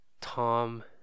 Tom